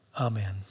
amen